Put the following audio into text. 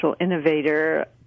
innovator